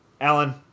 Alan